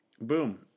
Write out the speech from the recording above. boom